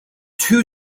two